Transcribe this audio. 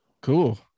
Cool